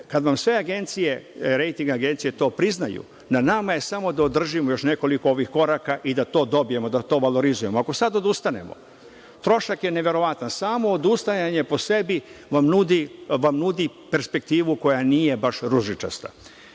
kad vam sve rejting agencije to priznaju, na nama je samo da održimo još nekoliko ovih koraka i da to dobijemo, da to valorizujemo. Ako sad odustanemo, trošak je neverovatan. Samo odustajanje po sebi vam nudi perspektivu koja nije baš ružičasta. Što